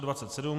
27.